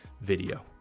video